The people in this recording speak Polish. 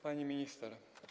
Pani Minister!